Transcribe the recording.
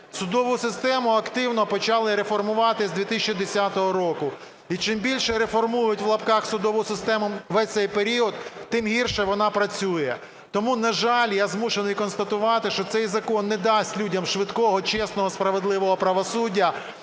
судову систему активно почали реформувати з 2010 року. І чим більше "реформують" (в лапках) судову систему весь цей період, тим гірше вона працює. Тому, на жаль, я змушений констатувати, що цей закон не дасть людям швидкого, чесного, справедливого правосуддя.